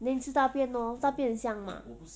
then 你吃大便 lor 大便很香 mah